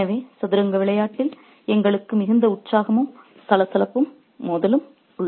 எனவே சதுரங்க விளையாட்டில் எங்களுக்கு மிகுந்த உற்சாகமும் சலசலப்பும் மோதலும் உள்ளன